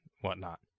whatnot